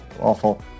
awful